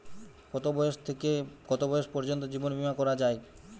কতো বয়স থেকে কত বয়স পর্যন্ত জীবন বিমা করা যায়?